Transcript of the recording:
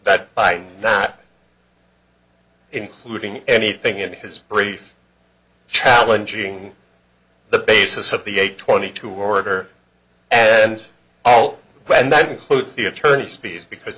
that by not including anything in his brief challenging the basis of the eight twenty two orator and all and that includes the attorneys fees because